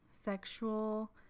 sexual